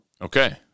Okay